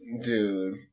Dude